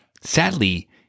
Sadly